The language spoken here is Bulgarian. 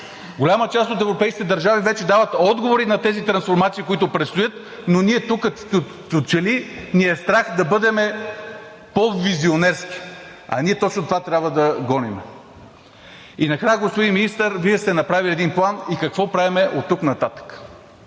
Голяма част от европейските държави вече дават отговори на тези трансформации, които предстоят, но ние тук като че ли ни е страх да бъдем по-визионерски. А ние точно това трябва да гоним. И накрая, господин Министър, Вие сте направили един План. Какво правим оттук нататък?